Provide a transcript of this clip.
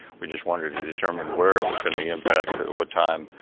we just wanted to determine where it was going to impact, what time,